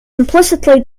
implicitly